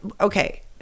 okay